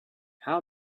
how